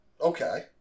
Okay